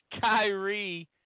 Kyrie